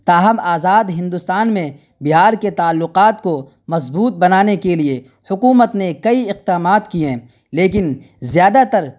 تاہم آزاد ہندوستان میں بہار کے تعلقات کو مضبوط بنانے کے لیے حکومت نے کئی اقدامات کیے لیکن زیادہ تر